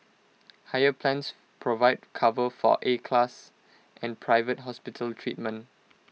higher plans provide cover for A class and private hospital treatment